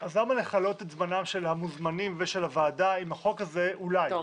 אז למה לכלות את זמנם של המוזמנים ושל הוועדה אם החוק הזה אולי,